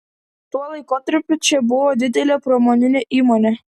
tuo laikotarpiu čia buvo didelė pramoninė įmonė